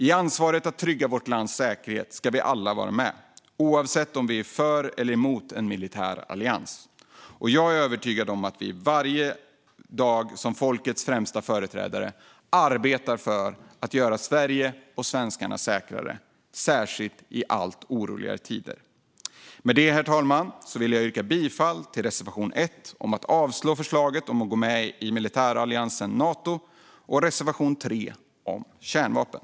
I ansvaret för att trygga vårt lands säkerhet ska vi alla vara med, oavsett om vi är för eller emot en militär allians. Jag är övertygad om att vi som folkets främsta företrädare varje dag arbetar för att göra Sverige och svenskarna säkrare, särskilt i allt oroligare tider. Med det vill jag, herr talman, yrka bifall till reservation 1 om att avslå förslaget att gå med i militäralliansen Nato och reservation 3 om kärnvapen.